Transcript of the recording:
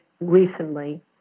recently